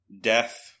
death